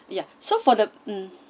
ya so for the mm